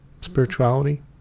spirituality